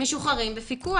משוחררים בפיקוח.